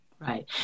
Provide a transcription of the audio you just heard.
Right